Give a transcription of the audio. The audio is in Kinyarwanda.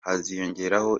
haziyongeraho